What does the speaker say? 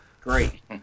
Great